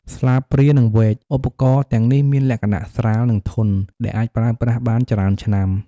ស្លាបព្រា និងវែក ឧបករណ៍ទាំងនេះមានលក្ខណៈស្រាល និងធន់ ដែលអាចប្រើប្រាស់បានច្រើនឆ្នាំ។